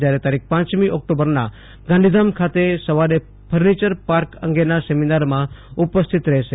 જયારે તારીખ પાંચમી ઓકટોબરના ગાંધીધામ ખાતે સવારે ફર્નિચર માર્ક અંગેના સેમિનારમાં ઉપસ્થિત રહેશે